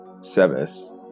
service